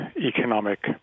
economic